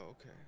okay